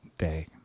day